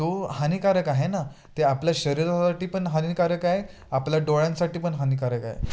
तो हानिकारक आहे ना ते आपल्या शरीरासाठी पण हानिकारक आहे आपल्या डोळ्यांसाठी पण हानिकारक आहे